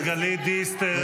חברת הכנסת גלית דיסטל,